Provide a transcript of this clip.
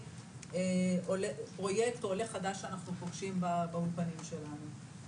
מדי פרויקט או עולה חדש שאנחנו פוגשים באולפנים שלנו.